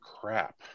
crap